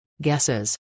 guesses